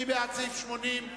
מי בעד סעיף 80?